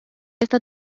esta